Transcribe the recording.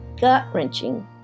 gut-wrenching